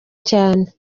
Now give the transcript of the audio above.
cyane